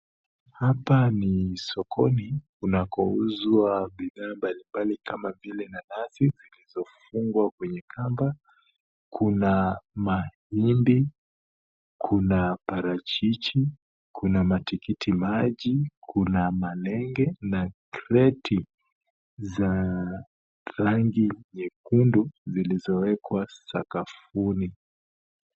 Hapa ni sokoni kunakouzwa bidhaa mbalimbali kama vile nanasi za kufungwa kwenye kamba, kuna mahindi, kuna parachichi, kuna matikiti maji, kuna malenge na kreti za rangi nyekundu zilizowekwa sakafuni.